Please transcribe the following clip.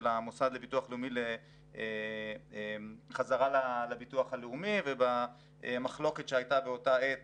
המוסד לביטוח לאומי חזרה לביטוח הלאומי ובמחלוקת שהייתה באותה עת